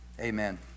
Amen